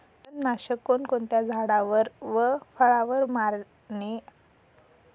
तणनाशक कोणकोणत्या झाडावर व फळावर मारणे उपयोगी आहे?